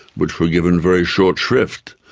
which were given very short shrift.